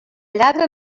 lladre